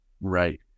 Right